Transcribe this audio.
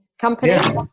company